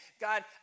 God